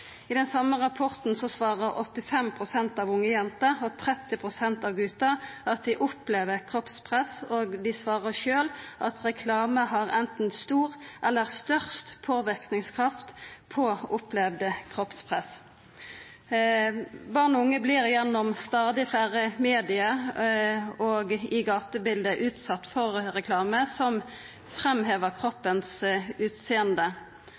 I den same rapporten svarar 85 pst. av unge jenter og 30 pst. av unge gutar at dei opplever kroppspress, og dei svarar sjølve at reklame har anten stor eller størst påverknadskraft på kroppspresset dei opplever. Barn og unge vert gjennom stadig fleire medium og i gatebiletet utsette for reklame som